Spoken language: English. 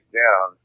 down